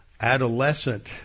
adolescent